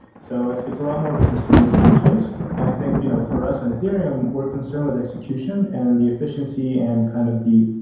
so it's it's a lot more of a constrained design space, and i think you know for us in ethereum, we're concerned with execution and the efficiency and kind of the